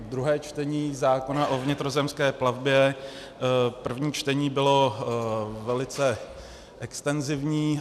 Druhé čtení zákona o vnitrozemské plavbě, první čtení bylo velice extenzivní.